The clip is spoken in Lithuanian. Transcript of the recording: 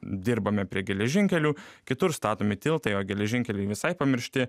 dirbame prie geležinkelių kitur statomi tiltai o geležinkeliai visai pamiršti